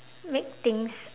make things